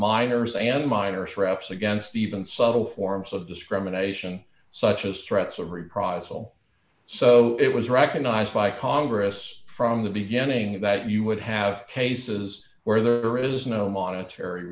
minors and minor scraps against the even subtle forms of discrimination such as threats of reprisal so d it was recognized by congress from the beginning that you would have cases where there is no monetary